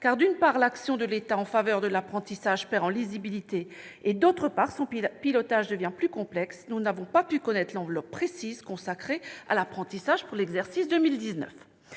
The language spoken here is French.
car, d'une part, l'action de l'État en faveur de l'apprentissage perd en lisibilité, et, d'autre part, son pilotage devient plus complexe. Nous n'avons pas pu connaître l'enveloppe précise consacrée à l'apprentissage pour l'exercice 2019.